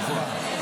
רק הצבעה.